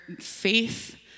faith